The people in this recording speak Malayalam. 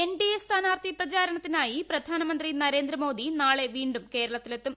എൻഡിഎ സ്ഥാനാർഥി പ്രചാരണത്തിനായി പ്രധാനമന്ത്രി നരേന്ദ്രമോദി നാളെ വീണ്ടും കേരളത്തിലെത്തും